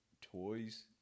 toys